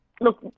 look